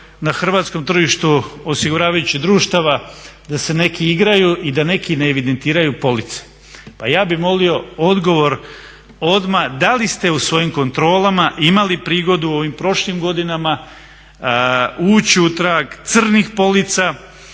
na hrvatskom tržištu osiguravajućih društava da se neki igraju i da neki ne evidentiraju police. Pa ja bih molio odgovor odmah da li ste u svojim kontrolama imali prigodu u ovim prošlim godinama ući u trag crnih polica